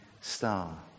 star